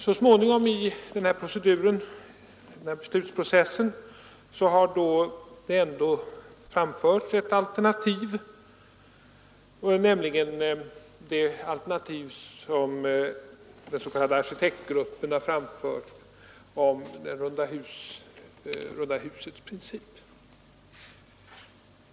Så småningom har det ändå i beslutsprocessen framkommit ett alternativ, nämligen det som den s.k. arkitektgruppen har presenterat om runda husets princip.